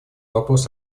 вопрос